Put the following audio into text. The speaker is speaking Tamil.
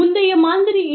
முந்தைய மாதிரியில்